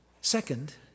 Second